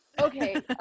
okay